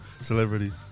Celebrity